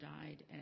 died